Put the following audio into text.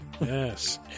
Yes